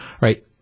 Right